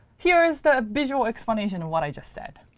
here is the visual explanation of what i just said,